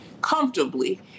comfortably